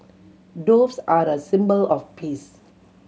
doves are a symbol of peace